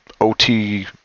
OT